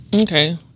Okay